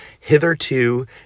hitherto